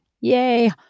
Yay